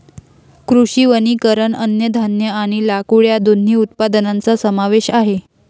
कृषी वनीकरण अन्नधान्य आणि लाकूड या दोन्ही उत्पादनांचा समावेश आहे